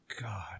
god